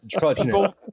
People